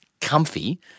comfy